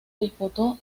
disputó